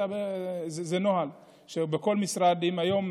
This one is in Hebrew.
זה נוהל בכל המשרדים היום.